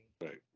Right